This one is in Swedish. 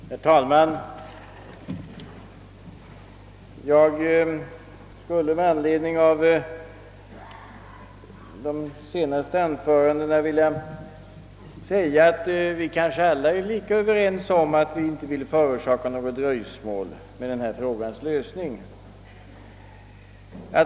Herr talman! Jag skulle med anledning av de senaste anförandena vilja framhålla att vi kanske alla är lika överens om att vi inte vill förorsaka något dröjsmål med denna frågas lösning.